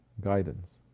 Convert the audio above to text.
guidance